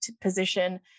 position